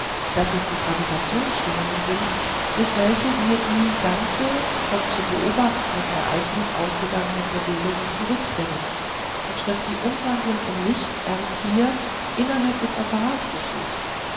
daß es die gravitationsschwingungen sind durch welche wir die ganze vom zu beobachtenden ereignis ausgegangene bewegung zurückbringen und daß die umwandlung in licht erst hier innerhalb des apparates geschieht